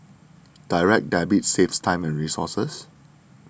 direct debit saves time and resources